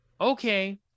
okay